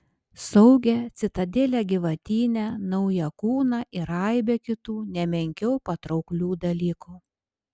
saugią citadelę gyvatyne naują kūną ir aibę kitų ne menkiau patrauklių dalykų